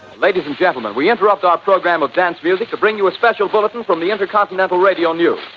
ladies and gentlemen, we interrupt our program of dance music to bring you a special bulletin from the intercontinental radio news.